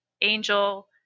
angel